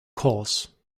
course